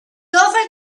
offered